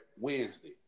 Wednesday